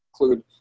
include